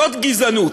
זאת גזענות,